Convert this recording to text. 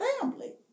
family